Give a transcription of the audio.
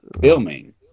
filming